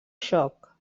xoc